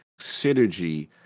synergy